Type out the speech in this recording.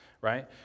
right